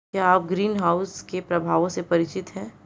क्या आप ग्रीनहाउस के प्रभावों से परिचित हैं?